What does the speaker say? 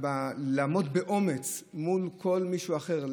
ועומדים באומץ מול כל מישהו אחר,